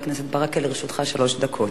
לרשותך שלוש דקות.